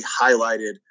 highlighted